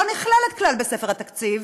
לא נכללת כלל בספר התקציב.